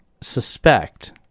suspect